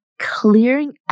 clearing